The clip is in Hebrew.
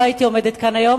לא הייתי עומדת כאן היום.